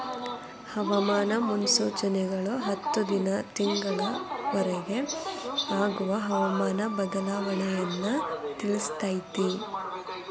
ಹವಾಮಾನ ಮುನ್ಸೂಚನೆಗಳು ಹತ್ತು ದಿನಾ ತಿಂಗಳ ವರಿಗೆ ಆಗುವ ಹವಾಮಾನ ಬದಲಾವಣೆಯನ್ನಾ ತಿಳ್ಸಿತೈತಿ